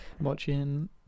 Watching